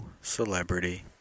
celebrity